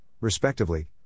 respectively